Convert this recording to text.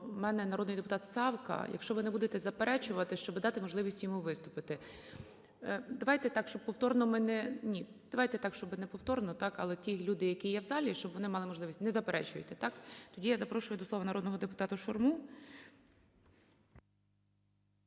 до мене народний депутат Савка. Якщо ви не будете заперечувати, щоби дати можливість йому виступити. Давайте так, щоб повторно ми… Ні. Давайте так, щоби не повторно, так, але ті люди, які є в залі, щоб вони мали можливість. Не заперечуєте, так? Тоді я запрошую до слова народного депутата Шурму.